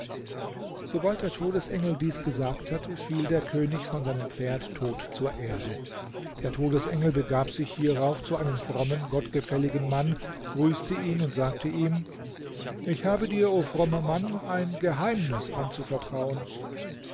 sobald der todesengel dies gesagt hatte fiel der könig von seinem pferd tot zur erde der todesengel begab sich hierauf zu einem frommen gottgefälligen mann grüßte ihn und sagte ihm ich habe dir o frommer mann ein geheimnis anzuvertrauen